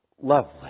lovely